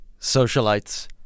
socialites